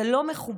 זה לא מכובד.